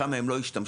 כמה הן לא השתמשו,